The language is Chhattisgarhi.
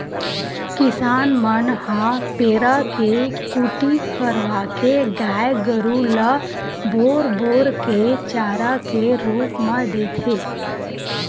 किसान मन ह पेरा के कुटी करवाके गाय गरु ल बोर बोर के चारा के रुप म देथे